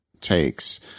takes